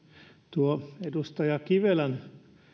tuo edustaja kivelän